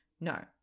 No